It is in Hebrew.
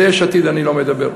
ליש עתיד אני לא מדבר,